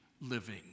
living